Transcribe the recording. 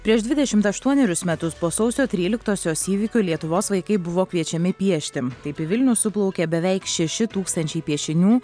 prieš dvidešimt aštuonerius metus po sausio tryliktosios įvykių lietuvos vaikai buvo kviečiami piešti taip į vilnių suplaukė beveik šeši tūkstančiai piešinių